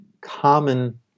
common